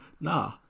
Nah